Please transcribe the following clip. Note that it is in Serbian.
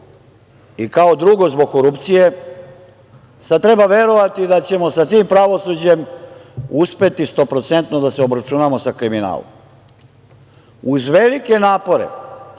i kao drugo, zbog korupcije. Sada treba verovati da ćemo sa tim pravosuđem uspeti stoprocentno da se obračunamo sa kriminalom. Uz velike napore